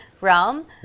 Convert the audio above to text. realm